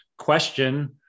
Question